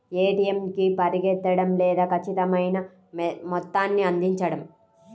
ATM కి పరిగెత్తడం లేదా ఖచ్చితమైన మొత్తాన్ని అందించడం